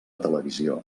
televisió